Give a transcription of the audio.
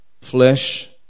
flesh